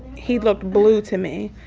he looked blue to me.